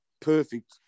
perfect